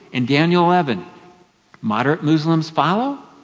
in daniel eleven moderate muslims follow,